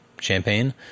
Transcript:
champagne